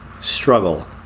struggle